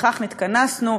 לפיכך נתכנסנו,